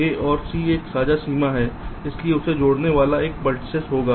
A और C एक साझा सीमा है इसलिए इसे जोड़ने वाला एक वेर्तिसेस होगा